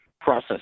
process